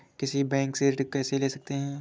किसी बैंक से ऋण कैसे ले सकते हैं?